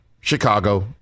Chicago